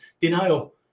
denial